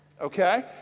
Okay